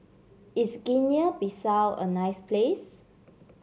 is Guinea Bissau a nice place